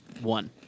one